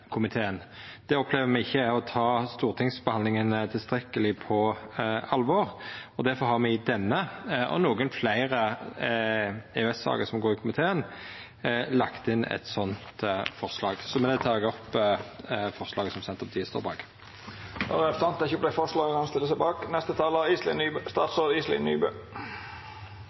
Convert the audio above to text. Det opplever me er ikkje å ta stortingsbehandlinga tilstrekkeleg på alvor, og difor har me i denne og nokre fleire EØS-saker som går i komiteen, lagt inn eit slikt forslag. Med det tek eg opp forslaget som Senterpartiet står bak. Då har representanten Geir Pollestad teke opp det forslaget han